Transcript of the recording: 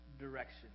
direction